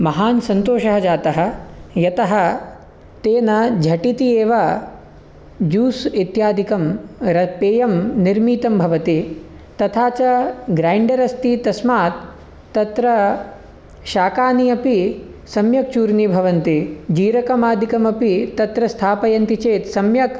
महान् सन्तोषः जातः यतः तेन झटिति एव जूस् इत्यादिकं र पेयं निर्मीतं भवति तथा च ग्रैण्डर् अस्ति तस्मात् तत्र शाकानि अपि सम्यक् चूर्णीभवन्ति जीरकम् आदिकमपि तत्र स्थापयन्ति चेत् सम्यक्